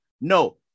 No